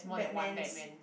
Batman's